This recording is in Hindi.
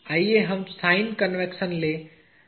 आइए हम साइन कन्वेंशन लें